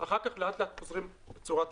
אחר כך לאט-לאט הם חוזרים בצורה תקינה.